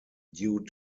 due